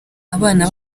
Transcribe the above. abana